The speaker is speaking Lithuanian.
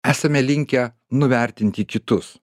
esame linkę nuvertinti kitus